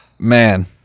Man